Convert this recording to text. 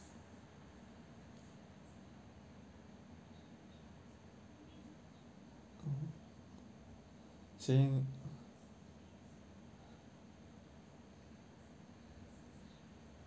mm same